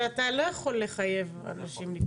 למרות שאתה לא יכול לחייב אנשים להיכנס לקבוצה.